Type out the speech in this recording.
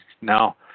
now